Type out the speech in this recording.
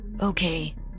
Okay